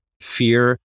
fear